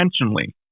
intentionally